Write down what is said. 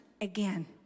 again